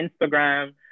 Instagram